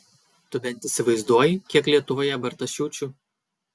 tu bent įsivaizduoji kiek lietuvoje bartašiūčių